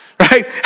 Right